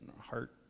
heart